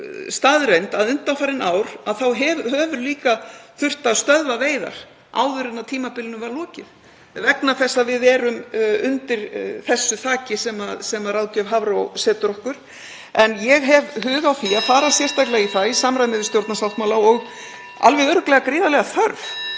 staðreynd að undanfarin ár hefur líka þurft að stöðva veiðar áður en tímabilinu var lokið vegna þess að við erum undir því þaki sem ráðgjöf Hafró setur okkur. En ég hef hug á því (Forseti hringir.) að fara sérstaklega í það, í samræmi við stjórnarsáttmála og alveg örugglega gríðarlega þörf,